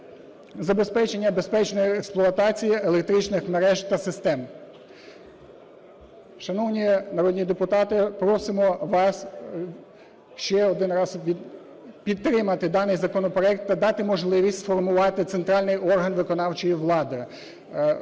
забезпечення безпечної експлуатації електричних мереж та систем. Шановні народні депутати, просимо вас ще один раз підтримати даний законопроект та дати можливість сформувати центральний орган виконавчої влади.